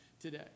today